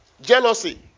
Jealousy